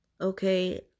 okay